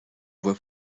voie